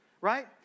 Right